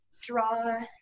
draw